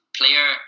player